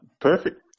Perfect